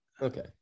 Okay